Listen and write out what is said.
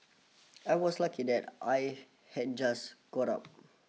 I was lucky that I had just got up